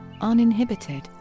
uninhibited